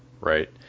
right